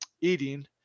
eating